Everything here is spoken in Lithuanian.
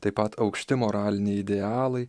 taip pat aukšti moraliniai idealai